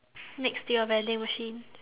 next to your vending machine